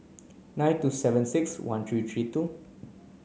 nine two seven six one three three two